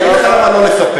אני אגיד לך למה לא לספח.